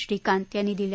श्रीकांत यांनी दिले